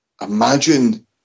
imagine